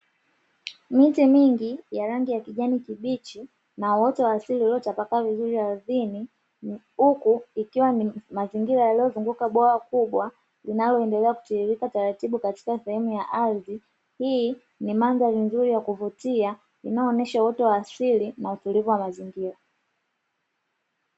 Miche mingi ya rangi ya kijani kibichi na uoto asili uliotapakaa vizuri ardhini, huku ikiwa ni mazingira yaliyozunguka bwawa kubwa, linaloendelea kutiririka taratibu katika sehemu ya ardhi. Hii ni mandhari nzuri ya kuvutia inayoonesha uoto wa asili na utulivu wa mazingira.